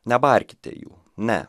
nebarkite jų ne